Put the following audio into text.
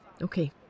Okay